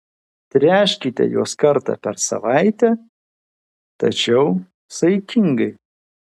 tręškite juos kartą per savaitę tačiau saikingai